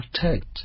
protect